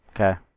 Okay